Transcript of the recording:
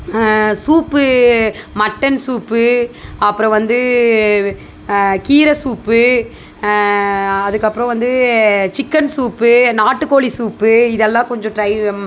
soup mutton soup அப்புறம் வந்து கீர சூப்பு அதுக்கப்புறம் வந்து சிக்கன் சூப்பு நாட்டுக் கோழி சூப்பு இதெல்லாம் கொஞ்சம் ட்ரை